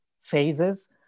phases